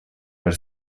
per